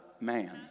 man